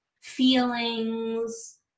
feelings